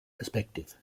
perspective